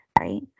right